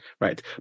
Right